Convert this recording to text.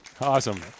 Awesome